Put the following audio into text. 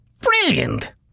Brilliant